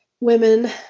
women